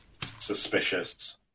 suspicious